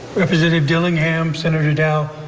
representative dillingham, senator dow,